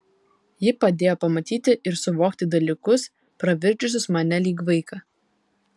ji padėjo pamatyti ir suvokti dalykus pravirkdžiusius mane lyg vaiką